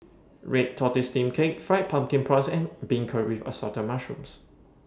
Red Tortoise Steamed Cake Fried Pumpkin Prawns and Beancurd with Assorted Mushrooms